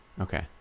Okay